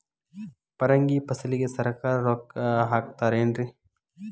ಪರಂಗಿ ಫಸಲಿಗೆ ಸರಕಾರ ರೊಕ್ಕ ಹಾಕತಾರ ಏನ್ರಿ?